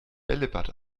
bällebad